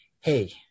hey